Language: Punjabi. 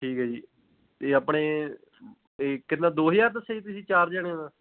ਠੀਕ ਹੈ ਜੀ ਇਹ ਆਪਣੇ ਇਹ ਕਿੰਨਾ ਦੋ ਹਜ਼ਾਰ ਦੱਸਿਆ ਜੀ ਤੁਸੀਂ ਚਾਰ ਜਣਿਆਂ ਦਾ